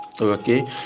okay